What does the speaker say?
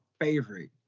favorite